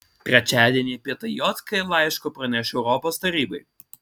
trečiadienį apie tai jk laišku praneš europos tarybai